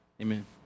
amen